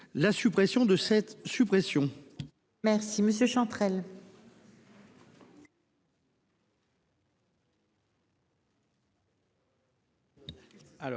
la suppression de cette suppression.